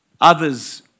others